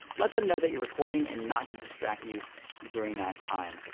let them know that you're recording and not to distract you during that time.